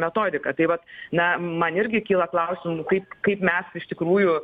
metodika tai vat na man irgi kyla klausimų kaip kaip mes iš tikrųjų